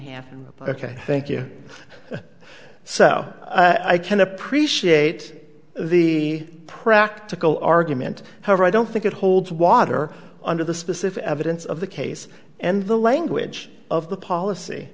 half ok thank you so i can appreciate the practical argument however i don't think it holds water under the specific evidence of the case and the language of the policy